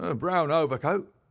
ah brown overcoat.